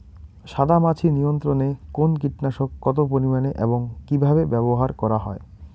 সাদামাছি নিয়ন্ত্রণে কোন কীটনাশক কত পরিমাণে এবং কীভাবে ব্যবহার করা হয়?